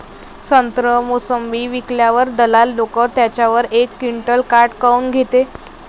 संत्रे, मोसंबी विकल्यावर दलाल लोकं त्याच्यावर एक क्विंटल काट काऊन घेते?